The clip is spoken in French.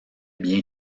bien